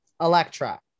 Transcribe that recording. Electra